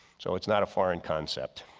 so it's not a foreign concept.